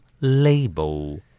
label